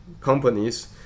companies